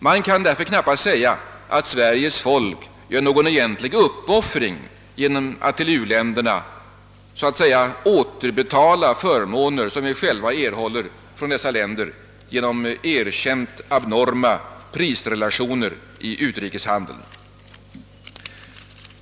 Man kan därför knappast säga att Sveriges folk gör någon egentlig uppoffring genom att till u-länderna så att säga återbetala förmåner som vi själva erhåller från dessa länder genom erkänt abnorma prisrelationer i utrikeshandeln.